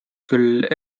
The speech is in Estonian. küll